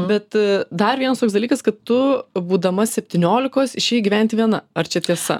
bet dar vienas toks dalykas kad tu būdama septyniolikos išėjai gyventi viena ar čia tiesa